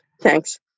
Thanks